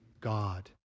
God